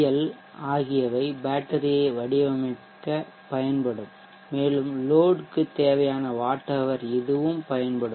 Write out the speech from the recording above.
L ஆகியவை பேட்டரியை வடிவமைக்கப் பயன்படும் மேலும் லோட்க்கு தேவையான வாட் ஹவர் இதுவும் பயன்படும்